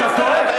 אתה טועה.